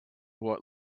what